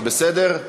זה בסדר?